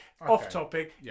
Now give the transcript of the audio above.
off-topic